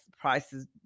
prices